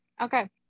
Okay